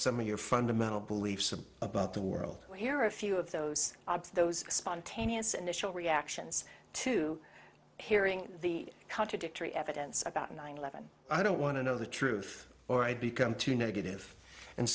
some of your fundamental beliefs about the world here are a few of those jobs those spontaneous initial reactions to hearing the contradictory evidence about nine eleven i don't want to know the truth or i become too negative and